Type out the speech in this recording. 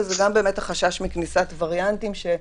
וזה גם החשש מכניסת וריאנטים של הקורונה,